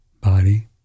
body